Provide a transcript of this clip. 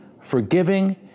forgiving